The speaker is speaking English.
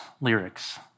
lyrics